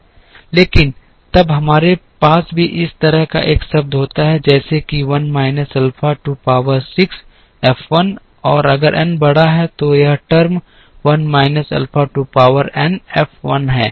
लेकिन तब हमारे पास भी इस तरह का एक शब्द होता है जैसे कि 1 minus alpha to power 6 F 1 और अगर n बड़ा है तो यह term 1 minus alpha to power n F 1 है